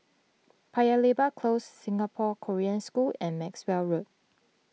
Paya Lebar Close Singapore Korean School and Maxwell Road